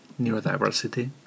neurodiversity